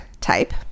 type